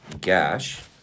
Gash